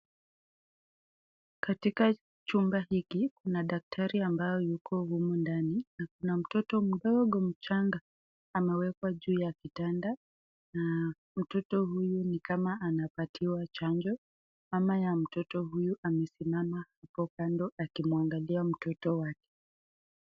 Katika chumba hiki kuna daktari ambao yuko humu ndani na kuna mtoto mdogo mchanga amewekwa juu ya kitanda na mtoto huyu ni kama anapatiwa chanjo. Mama ya huyu mtoto amesimama hapo kando akimwangalia mtoto wake.